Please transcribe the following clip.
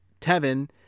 Tevin